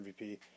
MVP